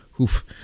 Oof